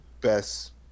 best